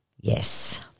Yes